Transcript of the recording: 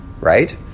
right